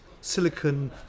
silicon